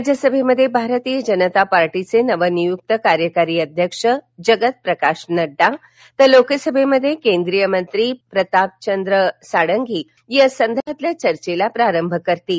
राज्यसभेमध्ये भारतीय जनता पार्टीचे नवनियुक्त कार्यकारी अध्यक्ष जगत प्रकाश नड्डा तर लोकसभेमध्ये केंद्रीय मंत्री प्रतापचंद्र सारंगी या संदर्भातील चर्येला प्रारंभ करतील